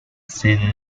sede